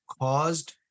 caused